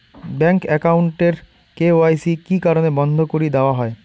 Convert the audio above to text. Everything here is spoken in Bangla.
ব্যাংক একাউন্ট এর কে.ওয়াই.সি কি কি কারণে বন্ধ করি দেওয়া হয়?